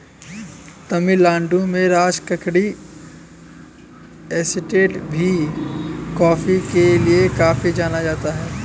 तमिल नाडु में राजकक्कड़ एस्टेट भी कॉफी के लिए काफी जाना जाता है